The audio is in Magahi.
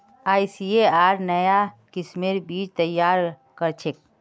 आईसीएआर नाया किस्मेर बीज तैयार करछेक